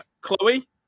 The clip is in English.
chloe